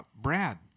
Brad